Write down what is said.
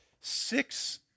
six